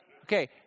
Okay